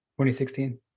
2016